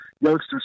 youngsters